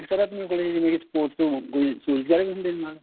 ਤੇ ਸਰ ਆਪਣੇ ਕੋਲੇ ਜਿਵੇਂ ਸਕੂਲ ਸਕੂਲ ਨਾਲ